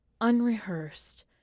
unrehearsed